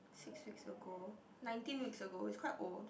six weeks ago nineteen weeks ago is quite old